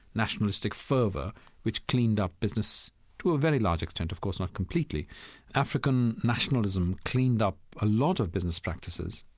nationalistic fervor which cleaned up business to a very large extent, of course, not completely african nationalism cleaned up a lot of business practices.